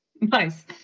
Nice